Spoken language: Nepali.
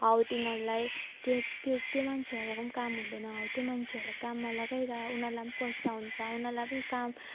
हो तिनीहरूलाई त्यो त्यो त्यो मान्छेहरूको पनि काम हुँदैन हो त्यो मान्छेहरूलाई काममा लगाएर उनीहरूलाई पनि पैसा हुन्छ उनीहरूलाई पनि काम